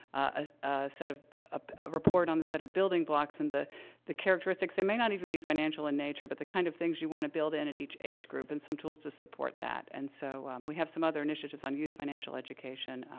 a a set of a report on a set of building blocks and the the characteristics they may not even be financial in nature, but the kind of things you want to build in at each age group and some tools to support that. and so, um, we have some other initiatives on youth financial education,